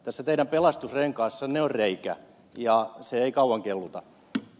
tässä teidän pelastusrenkaassanne on reikä ja se ei kauan kelluta n